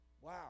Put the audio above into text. Wow